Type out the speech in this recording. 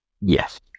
Yes